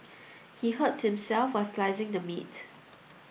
he hurt himself while slicing the meat